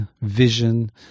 vision